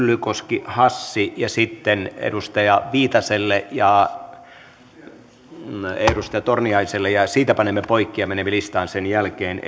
myllykoski hassi ja sitten edustaja viitaselle ja edustaja torniaiselle siitä panemme poikki ja menemme listaan sen jälkeen